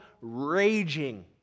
raging